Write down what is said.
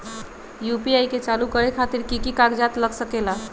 UPI के चालु करे खातीर कि की कागज़ात लग सकेला?